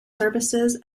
services